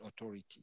Authority